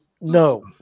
no